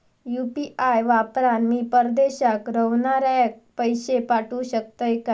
UPI वापरान मी परदेशाक रव्हनाऱ्याक पैशे पाठवु शकतय काय?